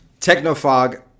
Technofog